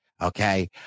okay